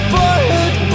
boyhood